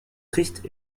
tristes